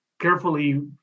carefully